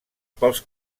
pels